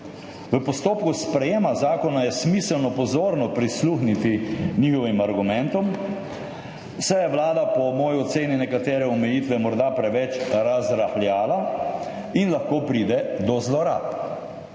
V postopku sprejemanja zakona je smiselno pozorno prisluhniti njihovim argumentom, saj je Vlada po moji oceni nekatere omejitve morda preveč razrahljala in lahko pride do zlorab.